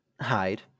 hide